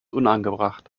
unangebracht